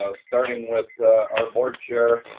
ah starting with our board chair,